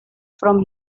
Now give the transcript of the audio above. from